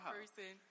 person